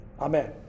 Amen